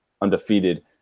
undefeated